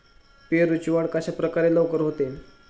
पेरूची वाढ कशाप्रकारे लवकर होते?